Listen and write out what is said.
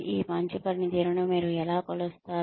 ఈ మంచి పనితీరును మీరు ఎలా కొలుస్తారు